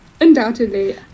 Undoubtedly